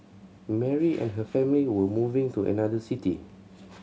Mary and her family were moving to another city